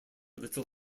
little